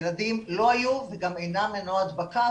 ילדים לא היו וגם אינם מנוע הדבקה,